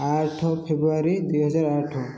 ଆଠ ଫେବୃଆରୀ ଦୁଇହଜାର ଆଠ